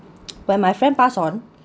when my friend pass on